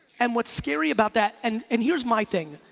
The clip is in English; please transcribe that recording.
and what's scary about that and and here's my thing.